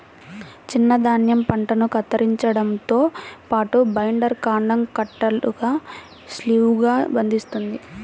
చిన్న ధాన్యం పంటను కత్తిరించడంతో పాటు, బైండర్ కాండం కట్టలుగా షీవ్లుగా బంధిస్తుంది